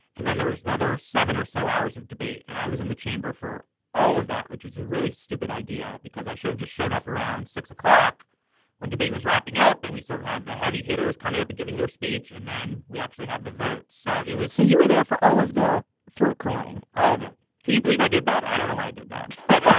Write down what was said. and then there was another seven or so hours of debate. and i was in the chamber for all of that, which is a really stupid idea because i should have just shown up around six o'clock when debate was wrapping up. and we sort of have the heavy hitters coming up and giving their speech and then we actually have the vote. so it was so you were there for all of the throat clearing, all of it can you believe i did that? i don't know why i did that. but